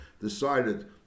decided